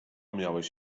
miałeś